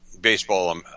baseball